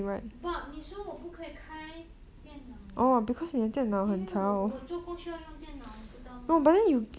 but 你说我不可以开电脑因为我做工需要用电脑你知道吗